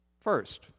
first